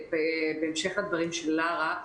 בהמשך הדברים של לרה,